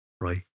right